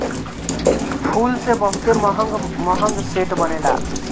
फूल से बहुते महंग महंग सेंट बनेला